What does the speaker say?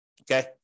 Okay